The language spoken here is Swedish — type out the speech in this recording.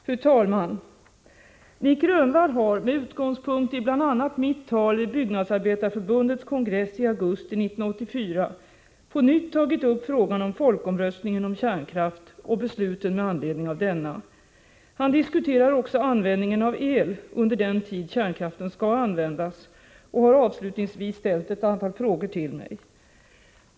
Fru talman! Nic Grönvall har med utgångspunkt i bl.a. mitt tal vid Byggnadsarbetareförbundets kongress i augusti 1984 på nytt tagit upp frågan om folkomröstningen om kärnkraft och besluten med anledning av denna. Han diskuterar också användningen av el under den tid kärnkraften skall användas och har avslutningsvis ställt ett antal frågor till mig.